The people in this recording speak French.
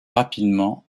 rapidement